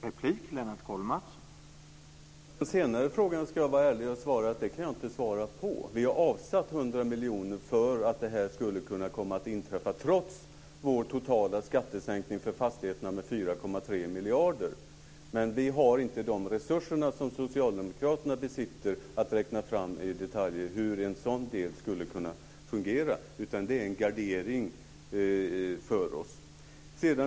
Herr talman! När det gäller den senare frågan ska jag vara ärlig och säga att den kan jag inte svara på. Vi har avsatt 100 miljoner därför att marginaleffekter skulle kunna inträffa trots vår totala fastighetsskattesänkning med 4,3 miljarder. Men vi har inte de resurser som Socialdemokraterna besitter så att vi i detalj kan räkna fram hur en sådan regel skulle kunna fungera, utan det är en gardering för oss.